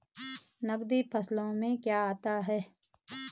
नकदी फसलों में क्या आता है?